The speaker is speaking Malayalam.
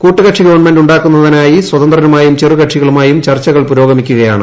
കൂട്ടുകക്ഷി ഗവൺമെന്റ് ഉണ്ടാക്കുന്ന തിനായി സ്വതന്ത്രരുമായും ചെറു കക്ഷികളുമായും ചർച്ചകൾ പുരോഗമിക്കുകയാണ്